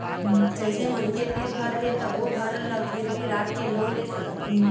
जइसे मनखे तीर घर हे त ओ घर ल गिरवी राखके लोन ले सकत हे